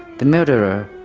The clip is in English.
the murderer.